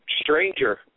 stranger